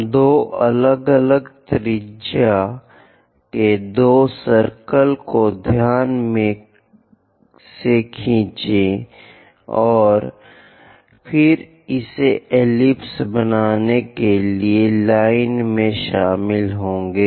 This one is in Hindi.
हम दो अलग अलग त्रिज्या के दो सर्किल को ध्यान से खींचेंगे और फिर इसे एलिप्स बनाने के लिए लाइनों में शामिल होंगे